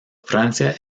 francia